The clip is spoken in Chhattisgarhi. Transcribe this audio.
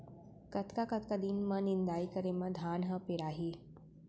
कतका कतका दिन म निदाई करे म धान ह पेड़ाही?